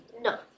No